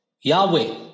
Yahweh